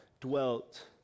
dwelt